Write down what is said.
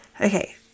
okay